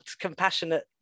compassionate